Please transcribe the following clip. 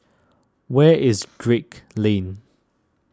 where is Drake Lane